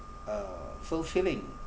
uh fulfilling